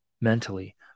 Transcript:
mentally